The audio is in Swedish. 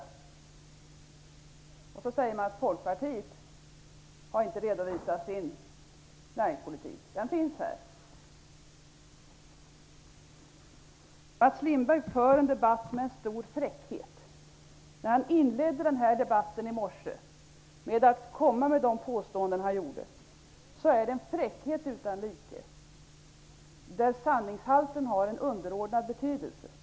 Sedan säger Mats Lindberg att Folkpartiet inte har redovisat sin näringspolitik. Den finns här. Mats Lindberg för debatten med stor fräckhet. Han inledde den här debatten i morse med att komma med vissa påstående. Det var en fräckhet utan like där sanningshalten hade en underordnad betydelse.